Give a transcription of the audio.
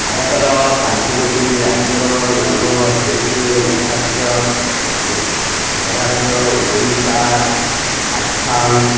ଭାରତର ପାଞ୍ଚ ଗୋଟି ରାଜ୍ୟର ନାମ ହେଉଛି ମହାରାଷ୍ଟ୍ର ମହାରାଷ୍ଟ୍ର ଓଡ଼ିଶା ଆସାମ